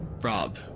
Rob